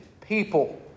people